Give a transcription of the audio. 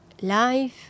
Life